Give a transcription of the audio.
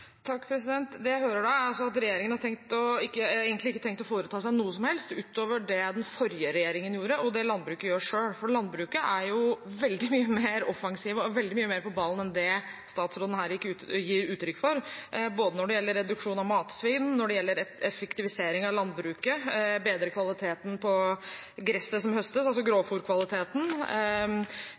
Det jeg hører nå, er at regjeringen egentlig ikke har tenkt å foreta seg noe som helst utover det den forrige regjeringen gjorde, og det landbruket gjør selv. For landbruket er veldig mye mer offensivt og veldig mye mer på ballen enn det statsråden her gir uttrykk for, når det gjelder både reduksjon av matsvinn, effektivisering av landbruket, bedre kvalitet på gresset som høstes – altså